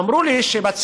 הם אמרו לי שבצילומים,